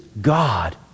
God